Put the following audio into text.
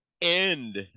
end